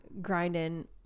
grinding